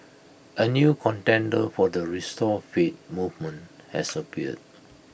A new contender for the restore faith movement has appeared